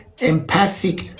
empathic